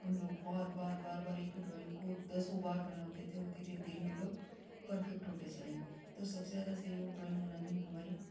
हम लोग बहुत बार बार बार एक ही ड्राइंग को दसों बार बनाते थे और धीरे धीरे हम लोग परफेक्ट होते चले गए तो सबसे ज्यादा सहयोग ड्राइंग बनाने में हमारी